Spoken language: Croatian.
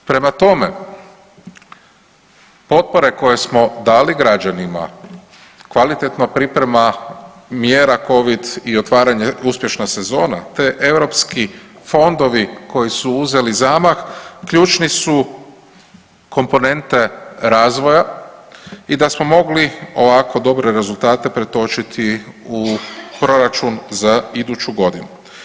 Prema tome, potpore koje smo dali građanima kvalitetna priprema mjera covid i otvaranje uspješna sezona, te europski fondovi koji su uzeli zamah ključne su komponente razvoja i da smo mogli ovako dobre rezultate pretočiti u Proračun za iduću godinu.